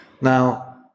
Now